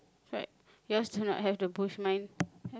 right yours do not have the bush mine